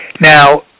Now